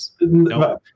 no